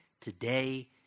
today